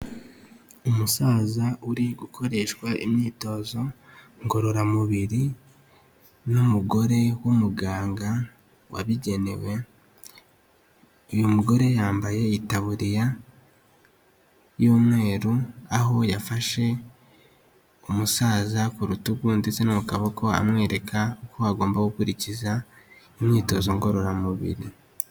Umusaza uri gukoreshwa imyitozo ngororamubiri n'umugore w'umuganga wabigenewe, uyu mugore yambaye itaburiya y'umweru, aho yafashe umusaza ku rutugu ndetse no kukaboko amwereka uko agomba gukurikiza imyitozo ngororamubiri.